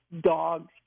dogs